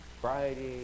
Friday